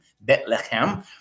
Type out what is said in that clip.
Bethlehem